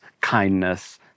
kindness